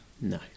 No